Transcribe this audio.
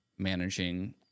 managing